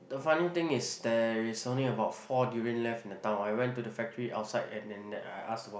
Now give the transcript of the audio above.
the funny thing is there is only about four durian left in the town I went to the factory outside and then that I ask the boss